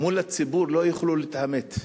מול הציבור לא יוכלו להתעמת.